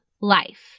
life